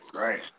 right